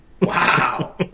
Wow